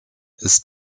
ist